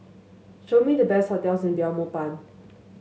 show me the best hotels in Belmopan